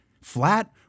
flat